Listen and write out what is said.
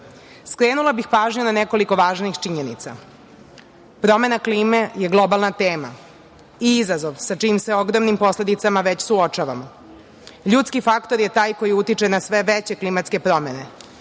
mesta. Skrenula bih pažnju na nekoliko važnih činjenica. Promena klime je globalna tema i izazov sa čijim se ogromnim posledicama već suočavamo. Ljudski faktor je taj koji utiče na sve veće klimatske promene,